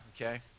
okay